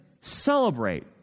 celebrate